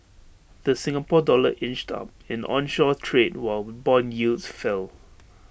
the Singapore dollar inched up in onshore trade while Bond yields fell